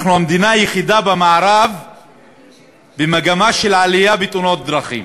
אנחנו המדינה היחידה במערב במגמה של עלייה בתאונות דרכים.